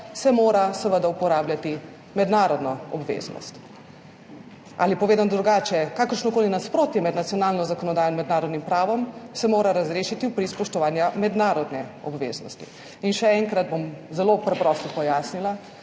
se mora seveda uporabljati mednarodno obveznost. Ali povedano drugače, kakršnokoli nasprotje med nacionalno zakonodajo in mednarodnim pravom se mora razrešiti v prid spoštovanja mednarodne obveznosti. In še enkrat bom zelo preprosto pojasnila,